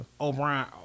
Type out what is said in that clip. O'Brien